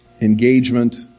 engagement